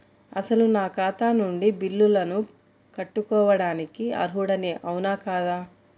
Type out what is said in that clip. అసలు నా ఖాతా నుండి బిల్లులను కట్టుకోవటానికి అర్హుడని అవునా కాదా?